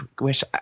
wish –